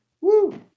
woo